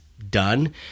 Done